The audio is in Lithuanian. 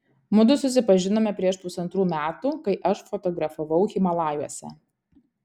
mudu susipažinome prieš pusantrų metų kai aš fotografavau himalajuose